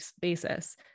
basis